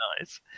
nice